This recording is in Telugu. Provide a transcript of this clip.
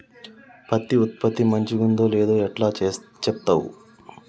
పంట ఉత్పత్తి మంచిగుందో లేదో ఎట్లా చెప్తవ్?